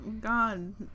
God